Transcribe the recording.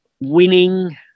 winning